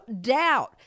doubt